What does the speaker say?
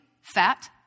fat